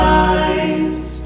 eyes